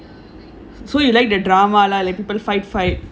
so you like the drama like people fight fight